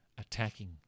attacking